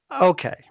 Okay